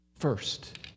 first